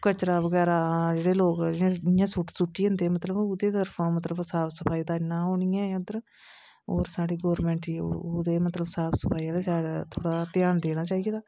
कचरा बगैरा जेहडे़ लोक जियां सुट्टी जंदे मतलब ओहदी तरफा मतलब साफ सफाई दा इन्ना नेईं ऐ उद्धर और साढ़ी गवर्नमेंट गी ओहदे साफ सफाई आहली साइड घ्यान देना चाहिदा